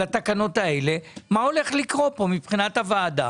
התקנות האלה - מה הולך לקרות כאן מבחינת הוועדה